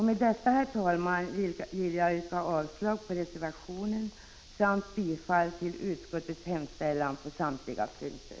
Med detta, herr talman, vill jag yrka avslag på reservationen samt bifall till utskottets hemställan på samtliga punkter.